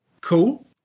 Cool